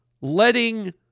letting